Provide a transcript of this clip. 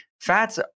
fats